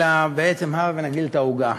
אלא בעצם הבה ונגדיל את העוגה,